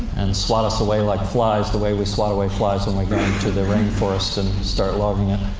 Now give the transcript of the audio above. and swat us away like flies, the way we swat away flies when we go into the rainforest and start logging it.